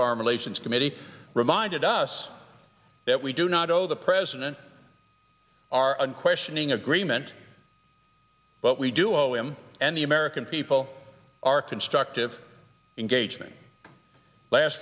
foreign relations committee reminded us that we do not owe the president our unquestioning agreement but we do owe him and the american people are constructive engagement last